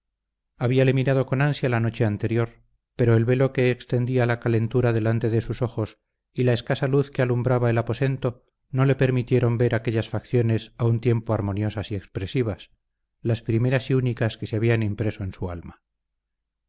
habíale mirado con ansia la noche anterior pero el velo que extendía la calentura delante de sus ojos y la escasa luz que alumbraba el aposento no le permitieron ver aquellas facciones a un tiempo armoniosas y expresivas las primeras y únicas que se habían impreso en su alma